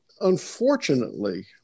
unfortunately